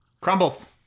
Crumbles